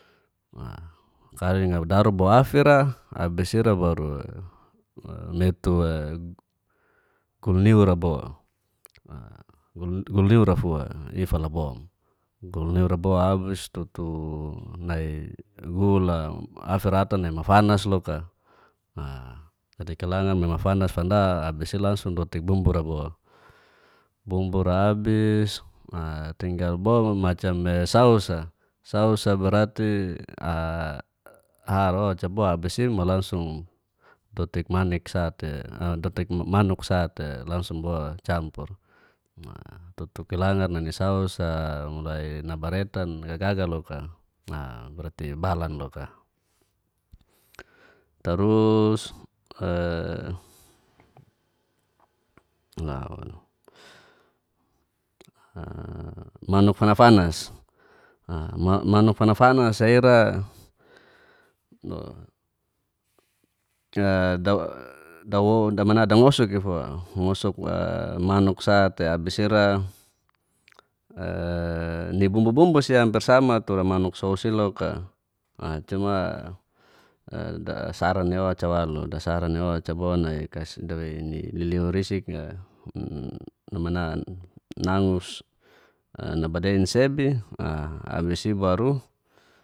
daru bo afira abis ira baru metu gul niul fua ifalabon gul niura bo abis tutu nai gula afira ata nai mafanas loka dadi kilangar me mafanas fanca abisi lngsung dotik bumbura bo, bubmbura bais tinggal bo macam e sausa berati ara o'ca bo abis imo langsung totik manuk sa'te langsung bo campor tutu kilangar ni sausa mulai nabaretan gaga loka a berati balan loka tarus manuk fanafanas, manuk fanafanas ira dangosuk ifua ngosuk manuk sa'te abis ira ni bumbu bumbu si ampir sm tura manuk sous illoka cuman dasarani bo o'ca waluk nai dawei ni liliur isik nangus nbadein sebi, abis ibaru.